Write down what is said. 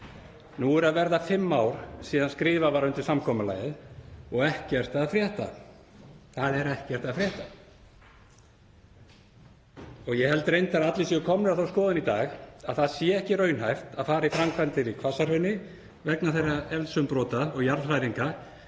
Nú eru að verða fimm ár síðan skrifað var undir samkomulagið og ekkert að frétta. Ég held reyndar að allir séu komnir á þá skoðun í dag að það sé ekki raunhæft að fara í framkvæmdir í Hvassahrauni vegna þeirra eldsumbrota og jarðhræringa